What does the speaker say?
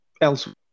Elsewhere